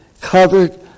covered